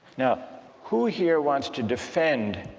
now who here wants to defend